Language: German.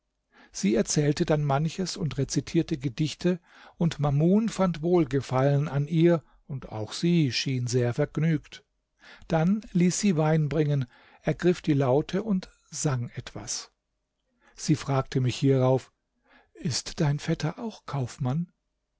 sie erzählte dann manches und rezitierte gedichte und mamun fand wohlgefallen an ihr und auch sie schien sehr vergnügt dann ließ sie wein bringen ergriff die laute und sang etwas sie fragte mich hierauf ist dein vetter auch kaufmann